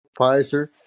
Pfizer